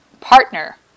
partner